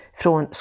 från